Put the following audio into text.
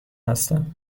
هستم